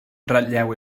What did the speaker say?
ratlleu